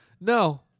No